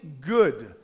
good